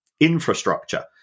infrastructure